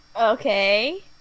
okay